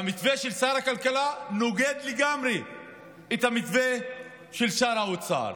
והמתווה של שר הכלכלה נוגד לגמרי את המתווה של שר האוצר.